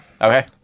okay